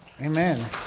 Amen